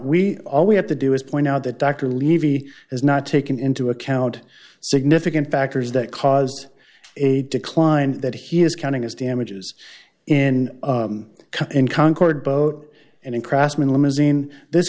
we all we have to do is point out that dr levy has not taken into account significant factors that caused a decline that he is counting his damages in concord boat and in craftsman limousine this